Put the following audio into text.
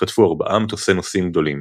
חטפו ארבעה מטוסי נוסעים גדולים.